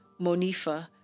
Monifa